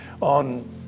on